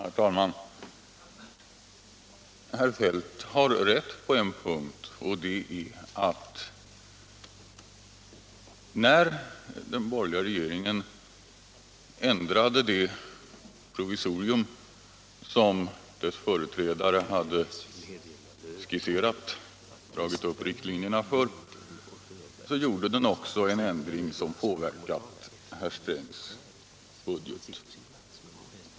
Herr talman! Herr Feldt har rätt på en punkt, nämligen att när den borgerliga regeringen ändrade det provisorium som dess företrädare hade dragit upp riktlinjerna för gjorde den också en ändring som påverkade herr Strängs budget.